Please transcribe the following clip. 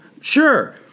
Sure